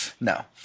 No